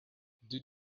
did